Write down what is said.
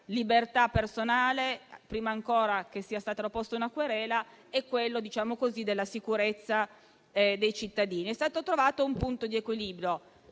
libertà personale, prima ancora che sia stata presentata una querela, e la sicurezza dei cittadini. È stato trovato un punto di equilibrio: